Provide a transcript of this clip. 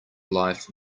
life